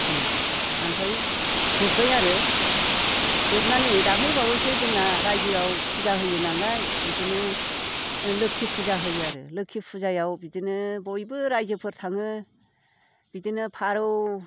जोंना आमफ्राय जोबबाय आरो जोबनानै नै दाख्लै बावैसो जोंना रायजोआव फुजा होयो नालाय बिदिनो लोखि फुजा होयो आरो लोखि फुजायाव बिदिनो बयबो रायजोफोर थाङो बिदिनो फारौ